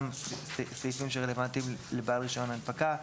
גם אלה סעיפים שרלוונטיים לבעל רישיון הנפקה.